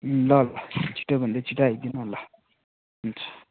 ल ल छिटोभन्दा छिटो आइदिनु होला हुन्छ